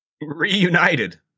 Reunited